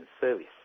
service